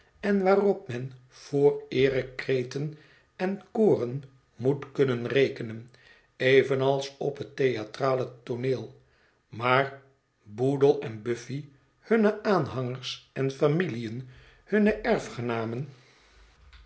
en waarop men voor eerekreten en koren moet kunnen rekenen evenals op het theatrale tooneel maar boodle en buffy hunne aanhangers en familiën hunne